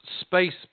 space